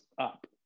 up